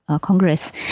Congress